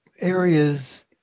areas